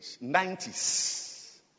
nineties